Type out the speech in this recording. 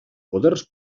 poders